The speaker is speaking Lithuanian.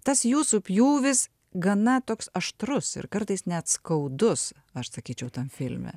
tas jūsų pjūvis gana toks aštrus ir kartais net skaudus aš sakyčiau tam filme